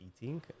eating